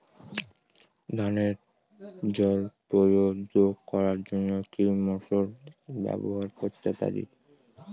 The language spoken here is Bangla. ধানে জল প্রয়োগ করার জন্য কি মোটর ব্যবহার করতে পারি?